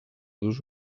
dos